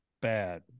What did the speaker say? Bad